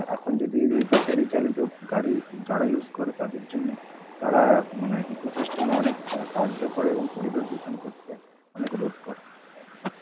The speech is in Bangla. এখন যদি এই ব্যাটারিচালিত গাড়ি যারা ইউজ করে তাদের জন্য তারা মানে ইকোসিস্টেমে অনেক সাহায্য করে এবং পরিবেশ দূষণ করতে অনেক রোধ করে